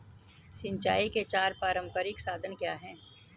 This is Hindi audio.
सिंचाई के चार पारंपरिक साधन क्या हैं?